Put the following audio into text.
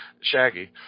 Shaggy